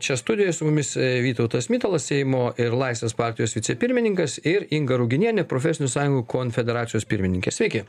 čia studijoj su mumis vytautas mitalas seimo ir laisvės partijos vicepirmininkas ir inga ruginienė profesinių sąjungų konfederacijos pirmininkė sveiki